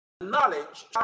knowledge